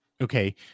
okay